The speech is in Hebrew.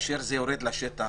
וכאשר זה יורד לשטח,